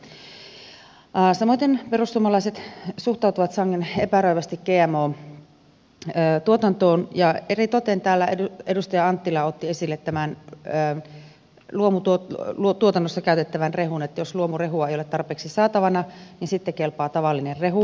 samoiten perussuomalaiset suhtautuvat sangen epäröivästi gmo tuotantoon ja eritoten täällä edustaja anttila otti esille tämän luomutuotannossa käytettävän rehun eli jos luomurehua ei ole tarpeeksi saatavana niin sitten kelpaa tavallinen rehu